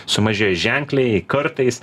sumažėjo ženkliai kartais